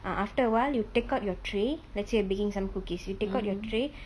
ah after awhile you take out your tray let's say you baking some cookies you take out your tray